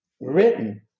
written